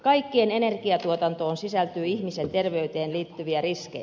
kaikkeen energiantuotantoon sisältyy ihmisen terveyteen liittyviä riskejä